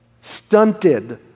Stunted